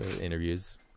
interviews